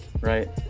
right